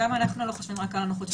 גם אנחנו לא חושבים רק על הנוחות.